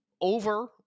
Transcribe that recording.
over